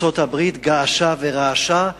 ארצות-הברית געשה ורעשה,